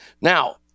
Now